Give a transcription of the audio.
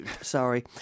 sorry